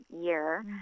year